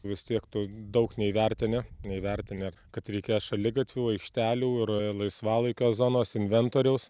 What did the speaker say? vis tiek tu daug neįvertini neįvertinę kad reikės šaligatvių aikštelių ir laisvalaikio zonos inventoriaus